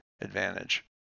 advantage